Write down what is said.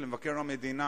מבקר המדינה